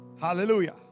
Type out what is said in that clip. Hallelujah